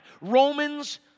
Romans